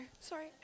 Sorry